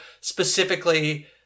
specifically